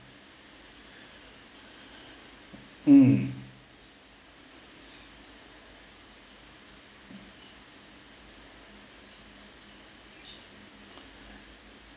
um